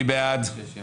אני מחדש את